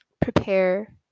prepare